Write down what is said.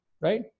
Right